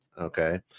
Okay